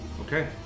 Okay